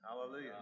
Hallelujah